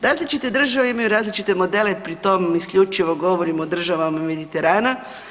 Različite države imaju različite modele, pri tom isključivo govorim o državama Mediterana.